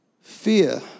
Fear